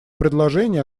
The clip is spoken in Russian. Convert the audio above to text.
предложение